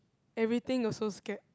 everything also scared